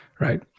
Right